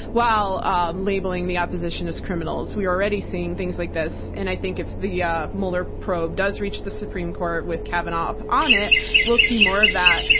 while and labeling the opposition as criminals. we're already seeing things like this, and i think if the yeah mueller probe does reach the supreme court with kavanaugh up on it, see more of that.